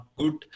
good